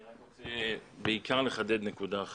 אני רק רוצה בעיקר לחדד נקודה אחת.